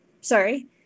Sorry